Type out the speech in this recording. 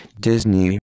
Disney